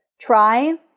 Try